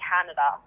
Canada